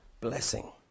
blessing